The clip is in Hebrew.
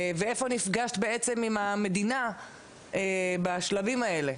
ואיפה נפגשת בעצם עם המדינה בשלבים האלה?